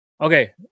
Okay